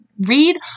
read